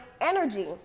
energy